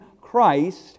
Christ